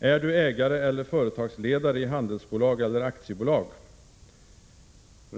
”Är du ägare eller företagsledare i handelsbolag eller aktiebolag?